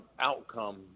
outcome